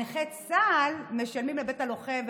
נכי צה"ל משלמים לבית הלוחם,